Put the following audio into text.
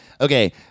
okay